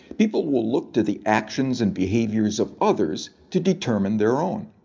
people will look to the actions and behaviors of others to determine their own.